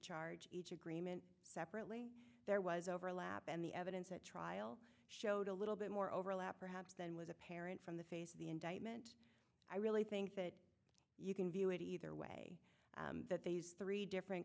charge each agreement separately there was overlap and the evidence at trial showed a little bit more overlap perhaps that was apparent from the face of the indictment i really think that you can view it either way that these three different